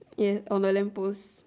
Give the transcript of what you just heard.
ya on the lamp post